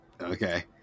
Okay